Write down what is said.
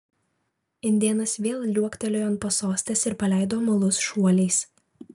indėnas vėl liuoktelėjo ant pasostės ir paleido mulus šuoliais